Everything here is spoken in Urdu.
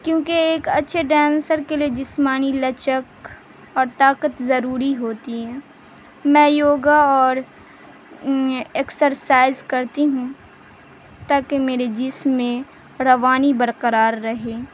کیونکہ ایک اچھے ڈینسر کے لیے جسمانی لچک اور طاقت ضروری ہوتی ہے میں یوگا اور ایکسرسائز کرتی ہوں تاکہ میرے جسم میں روانی برقرار رہے